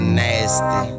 nasty